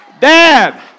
Dad